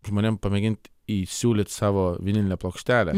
žmonėm pamėgint įsiūlyt savo vinilinę plokštelę